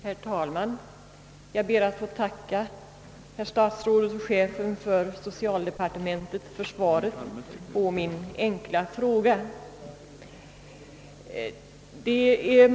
Herr talman! Jag ber att få tacka herr statsrådet och chefen för socialdepartementet för svaret på min enkla fråga.